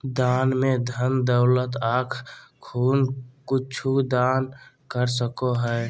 दान में धन दौलत आँख खून कुछु दान कर सको हइ